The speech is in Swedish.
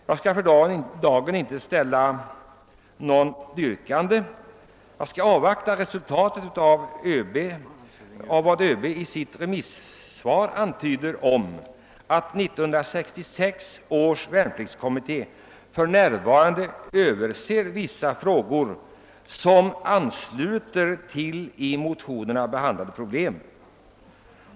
Jag skall för dagen inte ställa något yrkande, utan vill avvakta resultatet av vad överbefälhavaren i sitt remissvar antyder, nämligen »att 1966 års värnpliktskommitté för närvarande överser vissa frågor som ansluter till i motionerna behandlade problem».